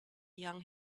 young